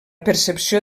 percepció